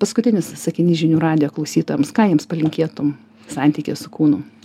paskutinis sakinys žinių radijo klausytojams ką jiems palinkėtum santykio su kūnu